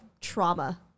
trauma